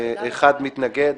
1 נמנעים,